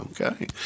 Okay